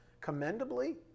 commendably